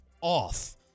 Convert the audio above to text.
off